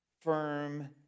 firm